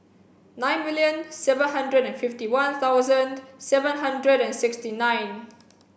nine million seven hundred and fifty one thousand seven hundred and sixty nine